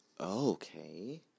okay